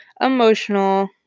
emotional